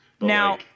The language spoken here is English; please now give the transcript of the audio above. Now